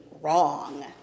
wrong